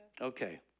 Okay